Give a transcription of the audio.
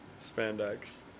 spandex